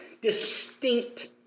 distinct